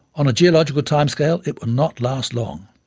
on a geological time scale it will not last long.